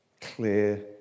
clear